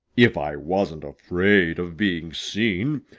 if i wasn't afraid of being seen,